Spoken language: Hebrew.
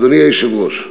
אדוני היושב-ראש,